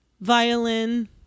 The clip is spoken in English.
violin